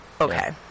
okay